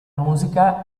musica